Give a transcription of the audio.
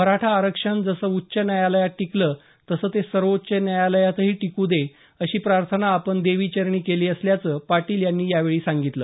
मराठा आरक्षण जसं उच्च न्यायालयात टिकलं तसं सर्वोच्य न्यायालयातही टिकू दे अशी प्रार्थना आपण देवी चरणी केली असल्याचं पाटील यांनी यावेळी सांगितलं